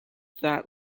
that